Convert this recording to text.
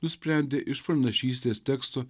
nusprendė iš pranašystės teksto